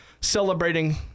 celebrating